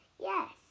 Yes